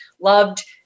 loved